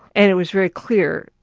and it was very clear,